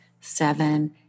seven